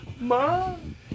Mom